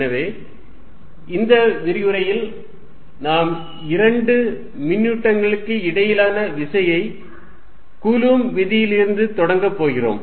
எனவே இந்த விரிவுரையில் நாம் இரண்டு மின்னூட்டங்களுக்கு இடையிலான விசையை கூலும் விதியிலிருந்து தொடங்கப் போகிறோம்